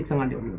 hundred